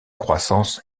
croissance